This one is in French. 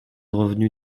revenu